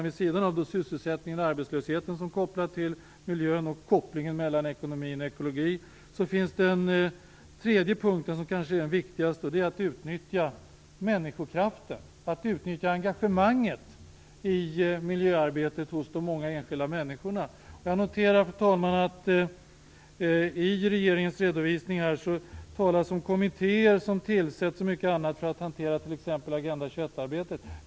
Vid sidan av kopplingen mellan sysselsättningen och arbetslösheten och miljön och kopplingen mellan ekonomi och ekologi finns en tredje punkt, som kanske är den viktigaste, och det handlar om att utnyttja människokraften, att utnyttja engagemanget i miljöarbetet hos de många enskilda människorna. Jag noterar att det i regeringens redovisning talas bl.a. om kommittéer som tillsätts för att hantera t.ex. Agenda 21-arbetet.